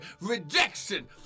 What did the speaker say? rejection